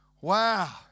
Wow